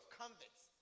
convicts